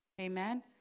amen